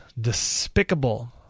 despicable